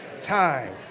Time